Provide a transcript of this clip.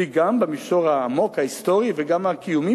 והיא גם במישור העמוק ההיסטורי וגם הקיומי,